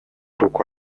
руку